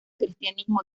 cristianismo